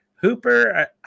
Hooper